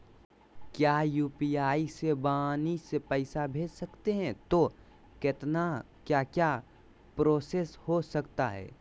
क्या यू.पी.आई से वाणी से पैसा भेज सकते हैं तो कितना क्या क्या प्रोसेस हो सकता है?